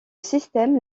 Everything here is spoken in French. système